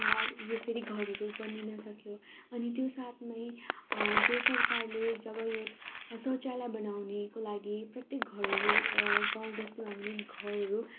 यो फेरि घरहरू बनिनसक्यो अनि त्यो साथमै जो सरकारले जब यो शौचालय बनाउनेको लागि प्रत्येक घरहरू गाउँबस्तीमा हुने घरहरू